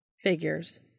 Figures